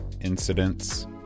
incidents